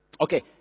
Okay